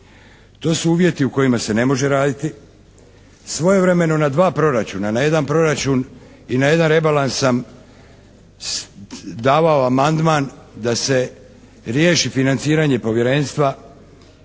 To su uvjeti u kojima se ne može raditi. Svojevremeno na dva proračun. Na jedan proračun i na jedan rebalans sam davao amandman da se riješi financiranje Povjerenstva.